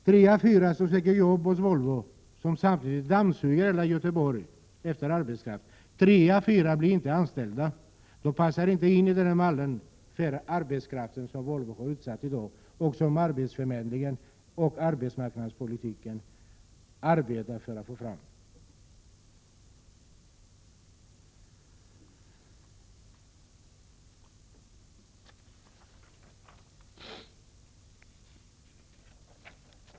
Tre av fyra som söker jobb hos Volvo, som samtidigt dammsuger hela Göteborg efter arbetskraft, blir inte anställda. De passar inte in i den mall för arbetskraft som Volvo har ställt upp och som arbetsförmedling och arbetsmarknadspolitik medverkar till att få fram.